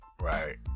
Right